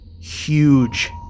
huge